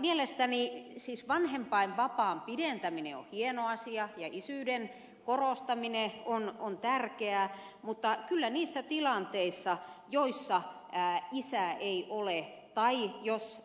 mielestäni siis vanhempainvapaan pidentäminen on hieno asia ja isyyden korostaminen on tärkeää mutta kyllä niissä tilanteissa joissa isää ei ole tai jos